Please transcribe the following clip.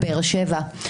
בבאר שבע,